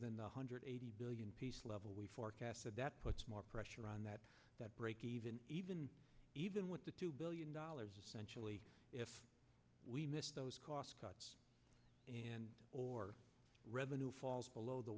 than the hundred eighty billion pieces level we forecasted that puts more pressure on that that break even even even with the two billion dollars if we miss those cost cuts and or revenue falls below the